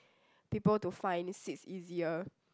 people to find seats easier